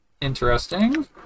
interesting